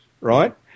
right